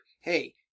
Hey